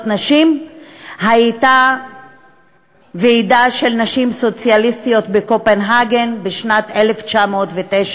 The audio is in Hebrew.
נשים היה ועידה של נשים סוציאליסטיות בקופנהגן בשנת 1909,